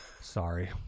Sorry